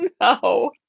No